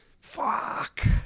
fuck